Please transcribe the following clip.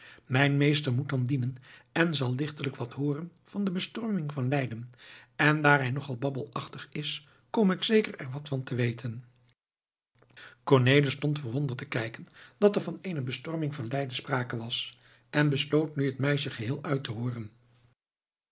mijn meester moet dan dienen en zal lichtelijk wat hooren van de bestorming van leiden en daar hij nog al babbelachtig is kom ik zeker er wat van te weten cornelis stond verwonderd te kijken dat er van eene bestorming van leiden sprake was en besloot nu het meisje geheel uit te hooren